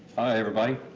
everybody,